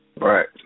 Right